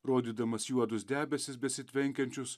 rodydamas juodus debesis besitvenkiančius